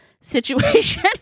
situation